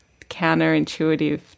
counterintuitive